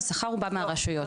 השכר הוא בא מהרשויות.